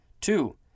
Two